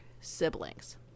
siblings